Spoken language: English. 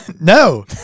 No